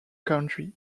country